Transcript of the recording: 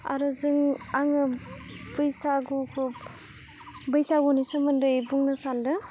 आरो जों आङो बैसागुखौ बैसागुनि सोमोन्दै बुंनो सान्दों